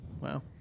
Wow